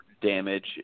damage